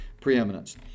preeminence